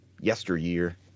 yesteryear